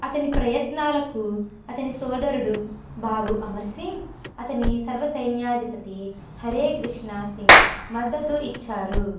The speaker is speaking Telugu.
అతని ప్రయత్నాలకు అతని సోదరుడు బాబు అమర్ సింగ్ అతని సర్వ సైన్యాధిపతి హరే కృష్ణ సింగ్ మద్దతు ఇచ్చారు